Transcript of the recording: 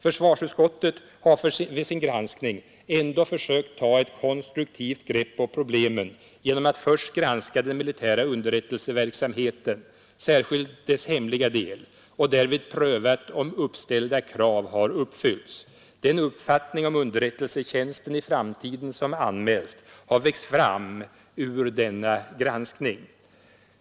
Försvarsutskottet har vid sin granskning ändå försökt ta ett konstruktivt grepp på problemen genom att först granska den militära underrättelseverksamheten, särskilt dess hemliga del, och därvid pröva om uppställda krav har uppfyllts. Den uppfattning som anmälts om underrättelsetjänsten i framtiden har växt fram ur denna granskning.